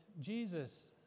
Jesus